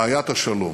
בעיית השלום.